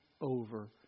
over